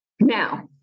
Now